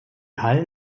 hallen